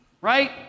right